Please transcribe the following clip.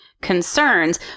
concerns